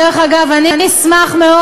דרך אגב,